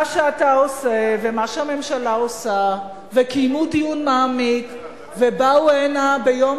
שהבינו מה שאתה עושה ומה שהממשלה עושה וקיימו דיון מעמיק ובאו הנה ביום